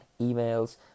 emails